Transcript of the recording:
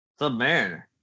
Submariner